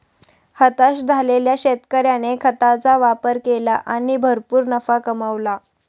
हताश झालेल्या शेतकऱ्याने खताचा वापर केला आणि भरपूर नफा कमावला